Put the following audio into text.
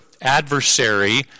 adversary